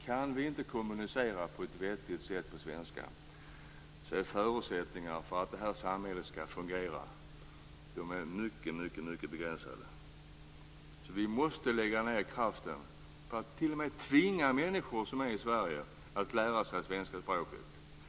Kan vi inte kommunicera på ett vettigt sätt på svenska är förutsättningarna för att vårt samhälle skall fungera mycket, mycket begränsade. Vi måste lägga ned kraft på att t.o.m. tvinga människor som bor i Sverige att lära sig svenska språket.